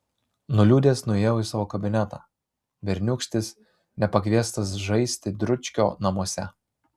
nuliūdęs nuėjau į savo kabinetą berniūkštis nepakviestas žaisti dručkio namuose